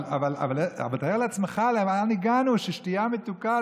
אבל תאר לעצמך לאן הגענו ששתייה מתוקה,